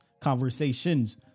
conversations